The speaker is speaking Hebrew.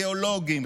גיאולוגים,